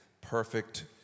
perfect